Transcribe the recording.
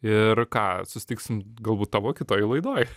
ir ką susitiksim galbūt tavo kitoj laidoj